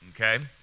Okay